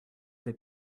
des